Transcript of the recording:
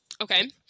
Okay